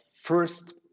first